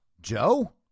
Joe